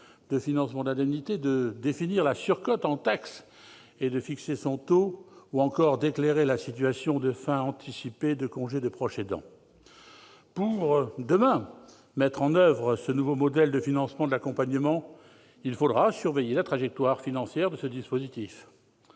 de financement de l'indemnité, de définir la surcote en taxe et de fixer son taux, mais aussi d'éclairer la situation de fin anticipée de congé d'un proche aidant. Pour, demain, mettre en oeuvre ce nouveau modèle de financement de l'accompagnement, il faudra surveiller la trajectoire financière de ce dispositif,